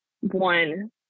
one